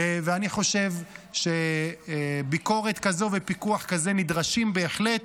אני חושב שביקורת כזו ופיקוח כזה נדרשים בהחלט.